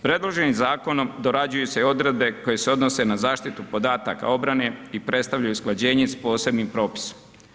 Predloženim zakonom dorađuju se i odredbe koje se odnose na zaštitu podataka obrane i predstavljaju usklađenje s posebnim propisom.